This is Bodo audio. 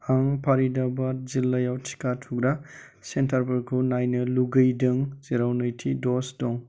आं फारिदाबाद जिल्लायाव टिका थुग्रा सेन्टारफोरखौ नायनो लुगैदों जेराव नैथि द'ज दं